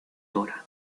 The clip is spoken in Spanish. dra